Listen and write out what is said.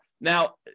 Now